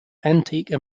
antique